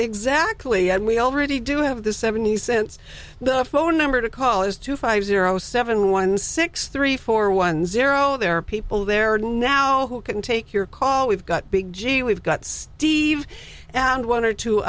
exactly and we already do have the seventy cents the phone number to call is two five zero seven one six three four one zero there are people there now who can take your call we've got big g we've got steve and one or two